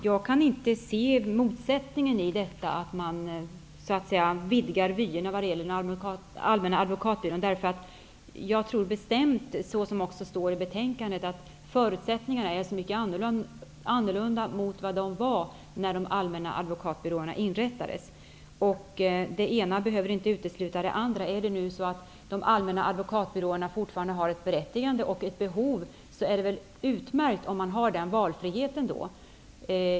Jag kan inte se motsättningen i att man vidgar vyerna när det gäller de allmänna advokatbyråerna, därför att jag tror bestämt, som det står i betänkandet, att förutsättningarna är så mycket mer annorlunda mot vad de var när de allmänna advokatbyråerna inrättades. Och det ena behöver inte utesluta det andra. Om de allmänna advokatbyråerna fortfarande har ett berättigande och fyller ett behov, är det väl utmärkt om man har denna valfrihet.